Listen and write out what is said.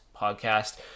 Podcast